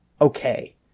okay